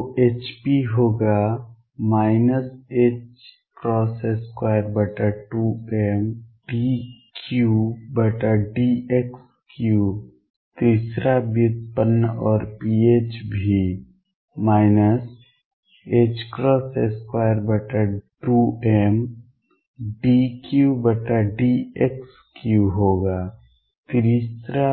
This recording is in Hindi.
तो Hp होगा 22md3dx3 तीसरा व्युत्पन्न और pH भी 22md3dx3 होगा तीसरा